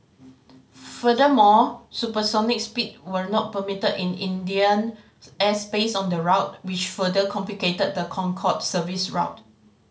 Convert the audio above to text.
furthermore supersonic speeds were not permitted in Indian airspace on the route which further complicated the Concorde service's route